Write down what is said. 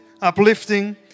uplifting